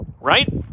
right